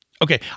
Okay